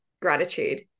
gratitude